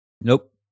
Nope